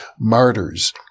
martyrs